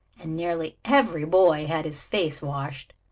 and nearly every boy had his face washed.